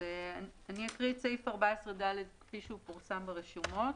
אקרא את סעיף 14ד כפי שפורסם ברשומות.